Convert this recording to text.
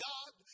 God